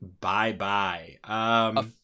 bye-bye